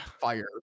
Fire